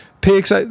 picks